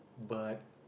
but